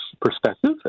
perspective